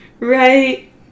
Right